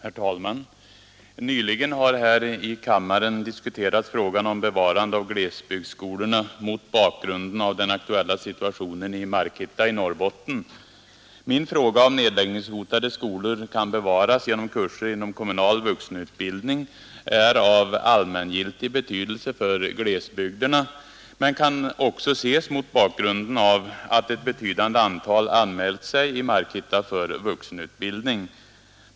Herr talman! Nyligen har här i kammaren diskuterats frågan om bevarande av glesbygdsskolorna mot bakgrund av den aktuella situationen i Markitta i Norrbotten. Min fråga om nedläggningshotade skolor kan bevaras genom kurser inom kommunal vuxenutbildning är av allmängiltig betydelse för glesbygderna, men den kan också ses mot bakgrunden av att ett betydande antal anmält sig i Markitta för vuxenutbildning.